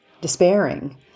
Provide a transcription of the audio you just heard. despairing